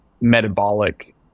metabolic